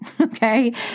Okay